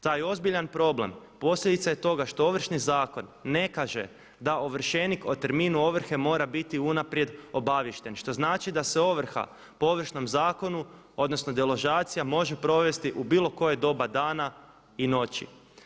Taj ozbiljan problem posljedica je toga što Ovršni zakon ne kaže da ovršenik o terminu ovrhe mora biti unaprijed obaviješten što znači da se ovrha po Ovršnom zakonu odnosno deložacija može provesti u bilo koje doba dana i noći.